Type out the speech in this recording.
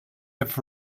have